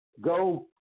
go